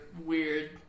weird